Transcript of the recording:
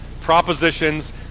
propositions